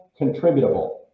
contributable